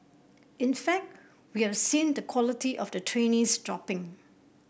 in fact we have seen the quality of the trainees dropping